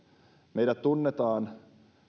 meidät tunnetaan